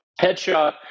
headshot